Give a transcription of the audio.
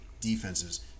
defenses